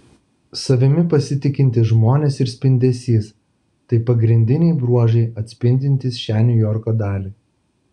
savimi pasitikintys žmonės ir spindesys tai pagrindiniai bruožai atspindintys šią niujorko dalį